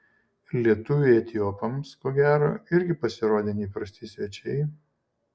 lietuviai etiopams ko gero irgi pasirodė neįprasti svečiai